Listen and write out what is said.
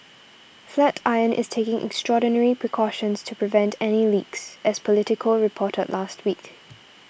Flatiron is taking extraordinary precautions to prevent any leaks as Politico reported last week